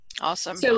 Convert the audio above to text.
Awesome